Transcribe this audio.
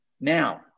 Now